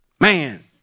man